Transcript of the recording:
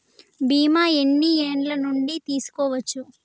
బీమా ఎన్ని ఏండ్ల నుండి తీసుకోవచ్చు?